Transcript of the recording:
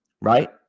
right